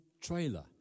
trailer